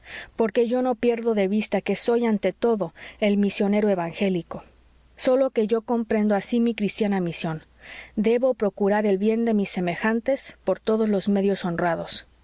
porque yo no pierdo de vista que soy ante todo el misionero evangélico sólo que yo comprendo así mi cristiana misión debo procurar el bien de mis semejantes por todos los medios honrados